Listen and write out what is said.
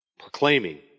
Proclaiming